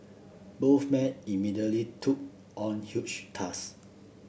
both men immediately took on huge task